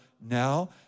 now